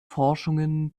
forschungen